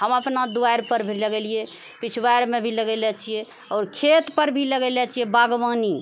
हम अपना दुवारिपर लगेलियै पिछवारिमे भी लगेले छियै आओर खेतपर भी लगेले छियै बागवानी